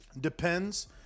Depends